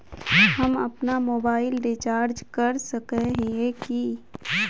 हम अपना mobile recharge कर सकय हिये की?